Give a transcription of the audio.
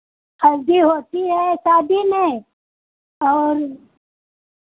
हल्दी होती है शादी में और